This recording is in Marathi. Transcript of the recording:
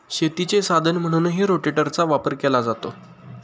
शेतीचे साधन म्हणूनही रोटेटरचा वापर केला जातो